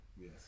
Yes